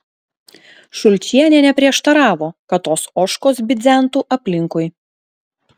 šulčienė neprieštaravo kad tos ožkos bidzentų aplinkui